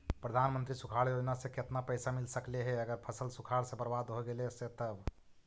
प्रधानमंत्री सुखाड़ योजना से केतना पैसा मिल सकले हे अगर फसल सुखाड़ से बर्बाद हो गेले से तब?